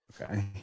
Okay